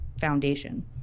foundation